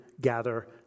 gather